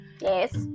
Yes